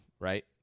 right